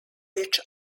which